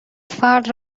فرد